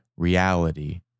Reality